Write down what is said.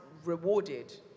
rewarded